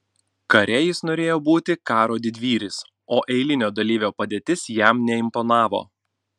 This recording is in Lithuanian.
kare jis norėjo būti karo didvyris o eilinio dalyvio padėtis jam neimponavo